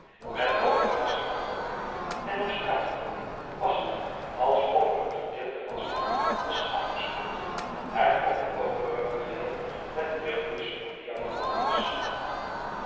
met overhaasting vertrok hij en op straat gekomen was het als of'er een gedeelte van zijn hart was afgescheurd en of het overige geheel met de beeldtenis van maria vervuld was